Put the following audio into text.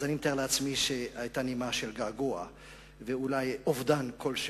אז אני מתאר לעצמי שהיתה נימה של געגוע ואולי אובדן כלשהו.